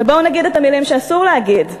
ובואו נגיד את המילים שאסור להגיד,